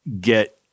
get